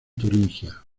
turingia